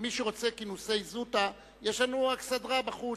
מי שרוצה כינוסי זוטא, יש לנו אכסדרה בחוץ.